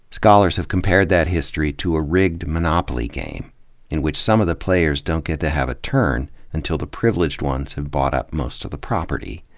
scholars have compared that history to a rigged monopoly game in which some of the players don't get to have a turn until the privileged ones have bought up most of the property.